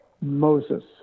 Moses